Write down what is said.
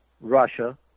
Russia